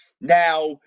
Now